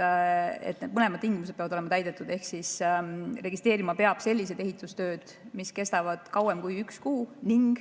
need mõlemad tingimused peavad olema täidetud, ehk registreerima peab sellised ehitustööd, mis kestavad kauem kui üks kuu ning